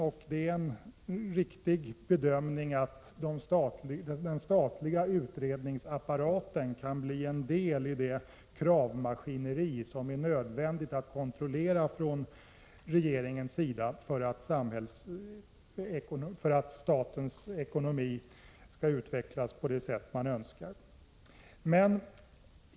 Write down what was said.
Det är en riktig bedömning att den statliga utredningsapparaten kan bli en del i kravmaskineriet, som det är nödvändigt för regeringen att få kontroll över för att statens ekonomi kan utvecklas på det sätt som man önskar.